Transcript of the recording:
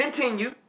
Continue